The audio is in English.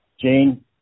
Jane